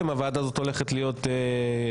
אם הוועדה הזאת הולכת להיות קבועה.